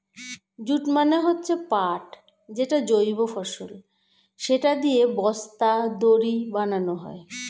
jute মানে হচ্ছে পাট যেটা জৈব ফসল, সেটা দিয়ে বস্তা, দড়ি বানানো হয়